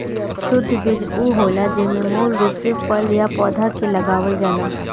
शुद्ध बीज उ होला जेमे मूल रूप से फल या पौधा के लगावल जाला